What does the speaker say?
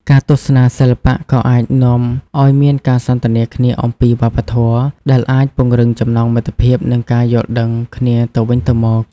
ការទស្សនាសិល្បៈក៏អាចនាំឲ្យមានការសន្ទនាគ្នាអំពីវប្បធម៌ ដែលអាចពង្រឹងចំណងមិត្តភាព និងការយល់ដឹងគ្នាទៅវិញទៅមក។